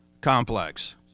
complex